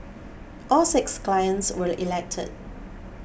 all six clients were elected